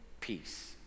peace